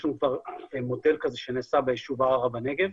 יש לנו כבר מודל כזה שנעשה ביישוב ערערה בנגב,